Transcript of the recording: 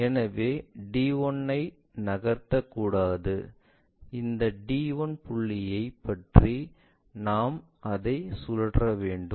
எனவே d 1 ஐ நகர்த்தக்கூடாது இந்த d 1 புள்ளியைப் பற்றி நாம் அதை சுழற்ற வேண்டும்